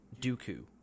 Dooku